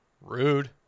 Rude